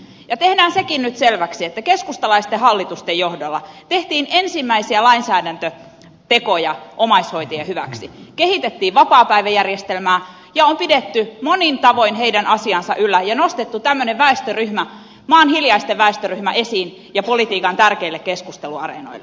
ja tehdään sekin nyt selväksi että keskustalaisten hallitusten johdolla tehtiin ensimmäisiä lainsäädäntötekoja omaishoitajien hyväksi kehitettiin vapaapäiväjärjestelmää ja on pidetty monin tavoin heidän asiaansa yllä ja nostettu tämmöinen väestöryhmä maan hiljaisten väestöryhmä esiin ja politiikan tärkeille keskusteluareenoille